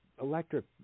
electric